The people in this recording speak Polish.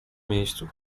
miejscu